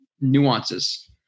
nuances